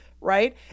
right